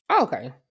Okay